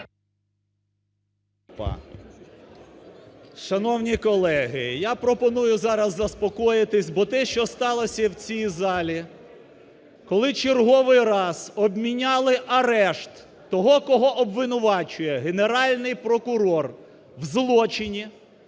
Шановні колеги, я пропоную зараз заспокоїтись, бо те, що сталося в цій залі, коли черговий раз обміняли арешт того, кого обвинувачує Генеральний прокурор в злочині,